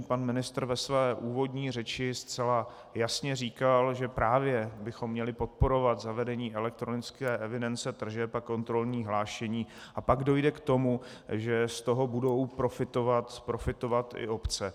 Pan ministr ve své úvodní řeči zcela jasně říkal, že právě bychom měli podporovat zavedení elektronické evidence tržeb a kontrolní hlášení, a pak dojde k tomu, že z toho budou profitovat i obce.